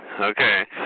Okay